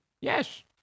Yes